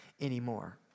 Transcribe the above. anymore